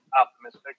optimistic